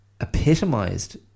epitomized